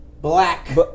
Black